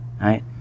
right